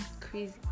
crazy